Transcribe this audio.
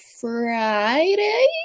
Friday